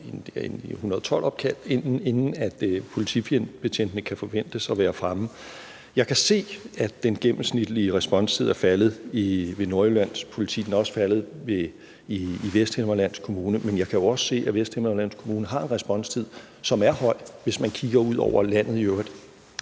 inden politibetjentene kan forventes at være fremme? Jeg kan se, at den gennemsnitlige responstid er faldet ved Nordjyllands Politi, og den er også faldet i Vesthimmerlands Kommune, men jeg kan også, når jeg kigger ud over landet i øvrigt,